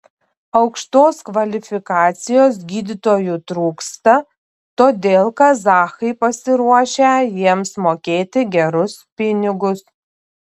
aukštos kvalifikacijos gydytojų trūksta todėl kazachai pasiruošę jiems mokėti gerus pinigus